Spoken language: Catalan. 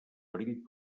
perill